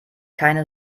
keine